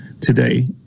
today